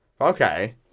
Okay